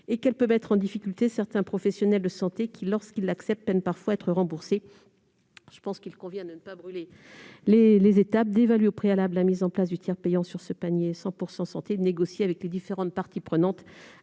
et qu'elle peut mettre en difficulté certains professionnels de santé, qui, lorsqu'ils l'acceptent, peinent parfois à être remboursés. Il convient donc de ne pas brûler les étapes : il faut évaluer la mise en place du tiers payant sur ce panier « 100 % santé », négocié avec les différentes parties prenantes,